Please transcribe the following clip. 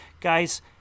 guys